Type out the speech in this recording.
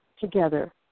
together